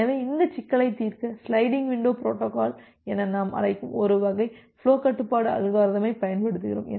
எனவே இந்த சிக்கலை தீர்க்க சிலைடிங் விண்டோ பொரோட்டோகால் என நாம் அழைக்கும் ஒரு வகை ஃபுலோ கட்டுப்பாட்டு அல்காரிதமைப் பயன்படுத்துகிறோம்